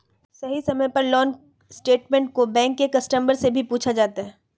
सही समय पर लोन स्टेटमेन्ट को बैंक के कस्टमर से भी पूछा जाता है